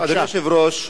אדוני היושב-ראש,